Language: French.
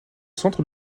centre